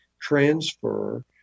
transfer